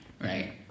right